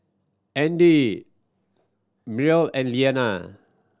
Andy Myrl and Leana